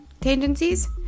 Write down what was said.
tendencies